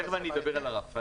תיכף אדבר על הרף,